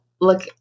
Look